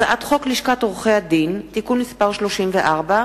הצעת חוק לשכת עורכי-הדין (תיקון מס' 34)